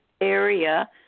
area